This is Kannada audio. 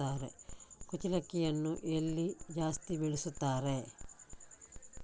ಕುಚ್ಚಲಕ್ಕಿಯನ್ನು ಎಲ್ಲಿ ಜಾಸ್ತಿ ಬೆಳೆಸ್ತಾರೆ?